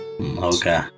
Okay